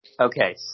okay